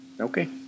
okay